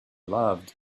loved